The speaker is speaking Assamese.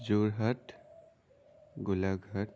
যোৰহাট গোলাঘাট